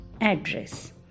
address